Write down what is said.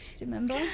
Remember